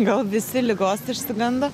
gal visi ligos išsigando